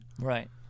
Right